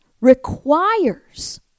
requires